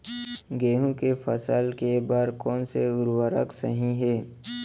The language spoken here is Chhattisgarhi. गेहूँ के फसल के बर कोन से उर्वरक सही है?